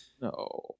No